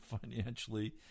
financially